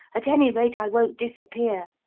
at any rate, i won't disappear